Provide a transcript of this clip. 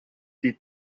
die